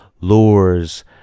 lures